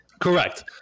Correct